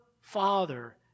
Father